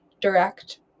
direct